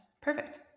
Perfect